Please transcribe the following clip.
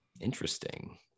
Interesting